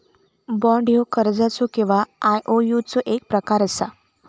bond ह्यो कर्जाचो किंवा आयओयूचो एक प्रकार असा